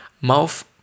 Mouth